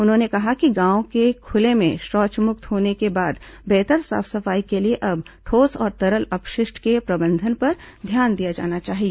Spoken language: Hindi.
उन्होंने कहा कि गांवों के खुले में शौचमुक्त होने के बाद बेहतर साफ सफाई के लिए अब ठोस और तरल अपशिष्ट के प्रबंधन पर ध्यान दिया जाना चाहिए